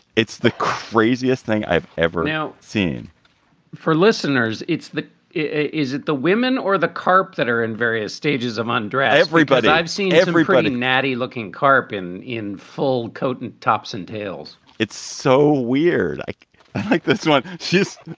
it's the craziest thing i've ever now seen for listeners it's the is it the women or the carp that are in various stages of undress? everybody i've seen has a rebranding nattie looking carp and in full kotin tops and tails it's so weird. i like this one. just.